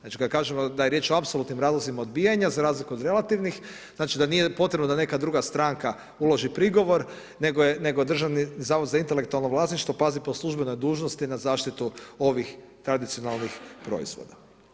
Znači kada kažemo da je riječ o apsolutnim razlozima odbijanja za razliku od relativnih, znači da nije potrebno da neka druga stranka uloži prigovor, nego Državni zavod za intelektualno vlasništvo pazi po službenoj dužnosti na zaštitu ovih tradicionalnih proizvoda.